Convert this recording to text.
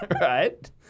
right